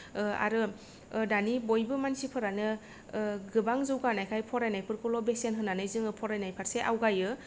आरो दानि बयबो मानसिफोरानो गोबां जौगानायखाय फरायनायफोरखौल' बेसेन होनानै जोङो फरायनाय फारसे आवगायो